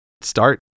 start